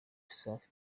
safi